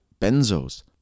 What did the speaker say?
benzos